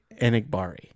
Enigbari